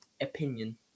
opinion